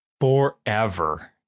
Forever